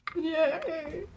Yay